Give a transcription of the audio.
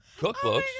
cookbooks